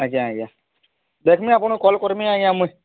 ଆଜ୍ଞା ଆଜ୍ଞା ଦେଖମି ଆପଣଙ୍କୁ କଲ୍ କରିମି ଆଜ୍ଞା ମୁଇଁ